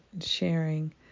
sharing